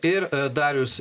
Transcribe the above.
ir darius